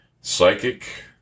Psychic